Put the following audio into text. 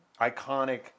iconic